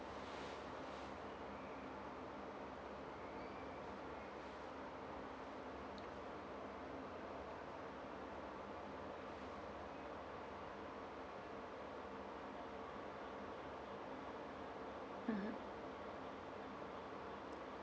mm